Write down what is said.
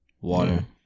Water